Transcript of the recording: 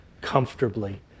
comfortably